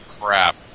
crap